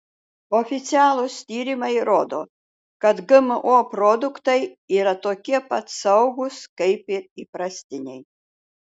oficialūs tyrimai rodo kad gmo produktai yra tokie pat saugūs kaip ir įprastiniai